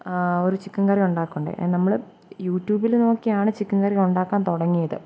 ഒരു ചിക്കൻ കറി ഉണ്ടാക്കുകയുണ്ടായി നമ്മൾ യൂട്യൂബിൽ നോക്കിയാണ് ചിക്കൻ കറി ഉണ്ടാക്കാൻ തുടങ്ങിയത്